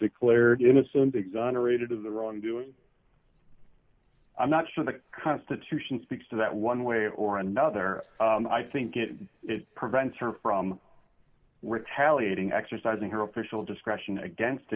declared innocent exonerated of the wrongdoing i'm not sure the constitution speaks to that one way or another i think it is prevents her from retaliating exercising her official discretion against